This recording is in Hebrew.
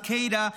Al-Qaeda,